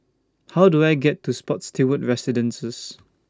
How Do I get to Spottiswoode Residences